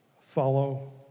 follow